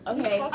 Okay